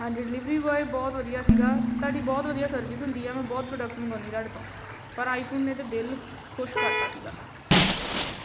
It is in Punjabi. ਹਾਂਜੀ ਡਿਲੀਵਰੀ ਬੁਆਏ ਬਹੁਤ ਵਧੀਆ ਸੀਗਾ ਤੁਹਾਡੀ ਬਹੁਤ ਵਧੀਆ ਸਰਵਿਸ ਹੁੰਦੀ ਆ ਮੈਂ ਬਹੁਤ ਪ੍ਰੋਡਕਟ ਮੰਗਵਾਉਂਦੀ ਤੁਹਾਡੇ ਤੋਂ ਪਰ ਆਈਫੋਨ ਨੇ ਤਾਂ ਦਿਲ ਖੁਸ਼ ਕਰਤਾ ਸੀਗਾ ਹਾਂਜੀ